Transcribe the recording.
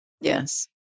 Yes